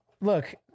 Look